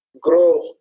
grow